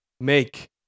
make